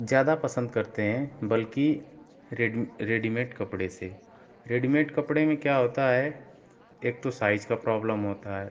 ज़्यादा पसंद करते है बल्कि रेडिम रेडीमेड कपड़े से रेडीमेट कपड़े में क्या होता है एक तो साइज का प्रॉब्लम होता है